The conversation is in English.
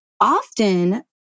often